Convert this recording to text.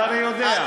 אתה הרי יודע.